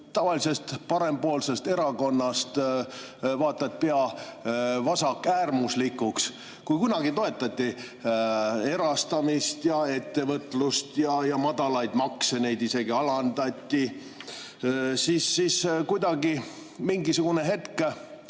tavalisest parempoolsest erakonnast vaat et pea vasakäärmuslikuks. Kui kunagi toetati erastamist ja ettevõtlust ja madalaid makse, neid isegi alandati, siis mingi hetk